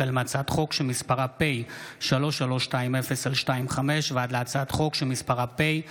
החל בהצעת חוק פ/3320/25 וכלה בהצעת חוק פ/3355/25: